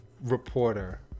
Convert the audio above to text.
reporter